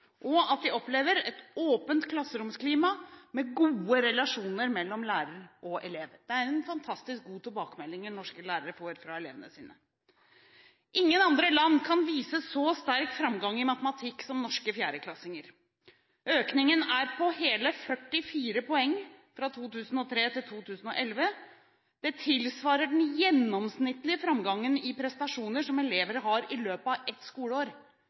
og at de opplever et åpent klasseromsklima med gode relasjoner mellom lærer og elev. Det er en fantastisk god tilbakemelding norske lærere får fra elevene sine. Ingen andre land kan vise til så sterk framgang i matematikk som norske fjerdeklassinger. Økningen er på hele 44 poeng fra 2003 til 2011. Det tilsvarer den gjennomsnittlige framgangen i prestasjoner som elever har i løpet av ett skoleår.